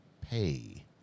pay